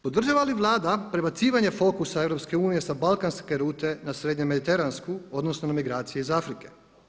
Podržava li Vlada prebacivanje fokusa EU sa balkanske rute na srednje mediteransku, odnosno na migracije iz Afrike.